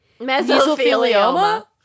Mesothelioma